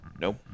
Nope